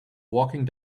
walking